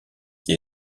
qui